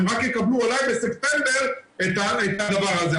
הם רק יקבלו אולי בספטמבר את הדבר הזה.